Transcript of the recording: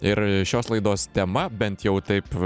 ir šios laidos tema bent jau taip